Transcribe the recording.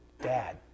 dad